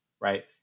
right